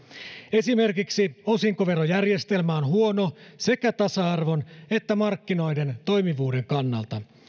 esimerkiksi osinkoverojärjestelmä on huono sekä tasa arvon että markkinoiden toimivuuden kannalta